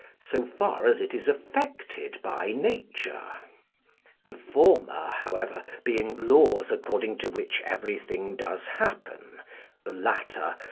so far as it is affected by nature the former, however, being laws according to which everything does happen the latter,